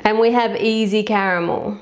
and we have easy caramel!